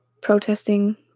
protesting